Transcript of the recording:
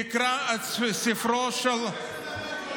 תקרא את ספרו של הרצל,